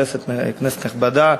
כנסת נכבדה,